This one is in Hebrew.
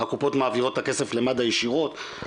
הקופות מעבירות את הכסף למד”א ישירות,